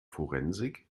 forensik